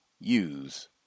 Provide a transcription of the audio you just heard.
use